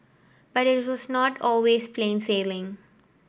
but it was not always plain sailing